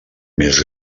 més